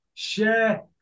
share